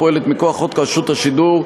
הפועלת מכוח חוק רשות השידור,